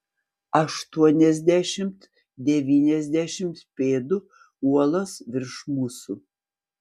aštuoniasdešimt devyniasdešimt pėdų uolos virš mūsų